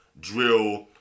drill